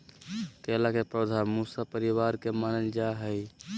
केला के पौधा मूसा परिवार के मानल जा हई